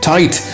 Tight